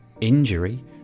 injury